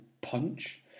punch